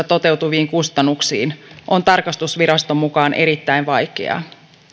toteutuviin kustannuksiin on tarkastusviraston mukaan erittäin vaikeaa